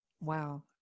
Wow